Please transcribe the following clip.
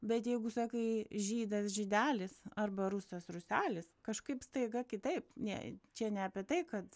bet jeigu sakai žydas žydelis arba rusas ruselis kažkaip staiga kitaip nė čia ne apie tai kad